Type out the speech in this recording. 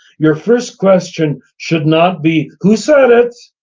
your first question should not be who said it?